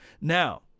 Now